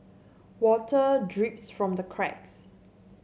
water drips from the cracks